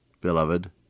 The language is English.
beloved